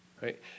right